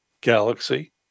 galaxy